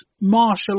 martial